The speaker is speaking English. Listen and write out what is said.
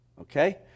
okay